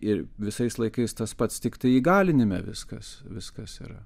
ir visais laikais tas pats tiktai įgalinime viskas viskas yra